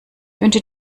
wünsche